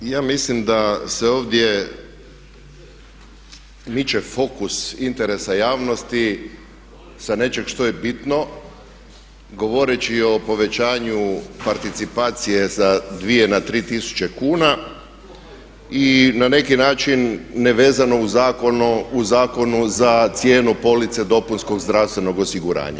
Ma ja mislim da se ovdje miče fokus interesa javnosti sa nečeg što je bitno govoreći o povećanju participacije sa dvije na tri tisuće kuna i na neki način nevezano u Zakonu za cijenu police dopunskog zdravstvenog osiguranja.